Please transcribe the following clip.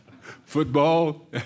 Football